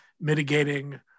mitigating